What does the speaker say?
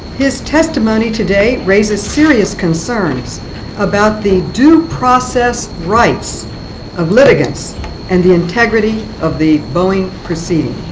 his testimony today raises serious concerns about the due process rights of litigants and the integrity of the boeing proceeding.